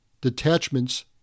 detachments